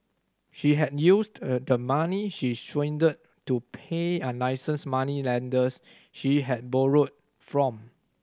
she had used the money she swindled to pay unlicensed moneylenders she had borrowed from